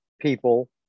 people